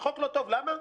החוק לא טוב, למה?